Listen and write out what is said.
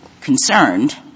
concerned